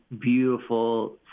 beautiful